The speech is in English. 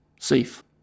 safe